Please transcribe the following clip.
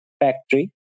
factory